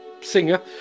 singer